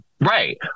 Right